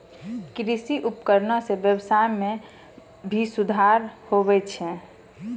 कृषि उपकरण सें ब्यबसाय में भी सुधार होलो छै